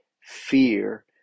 fear